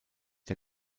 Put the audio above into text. der